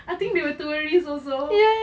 I think they were tourists also